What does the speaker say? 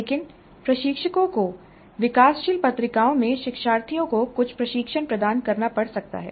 लेकिन प्रशिक्षकों को विकासशील पत्रिकाओं में शिक्षार्थियों को कुछ प्रशिक्षण प्रदान करना पड़ सकता है